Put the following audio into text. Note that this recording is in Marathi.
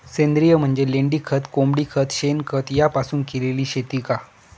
सेंद्रिय म्हणजे लेंडीखत, कोंबडीखत, शेणखत यापासून केलेली शेती का?